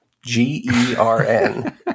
G-E-R-N